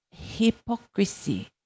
hypocrisy